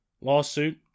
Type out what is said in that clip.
lawsuit